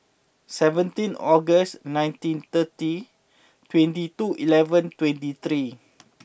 seventeen August nineteen thirty twenty two eleven twenty three